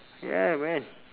ya man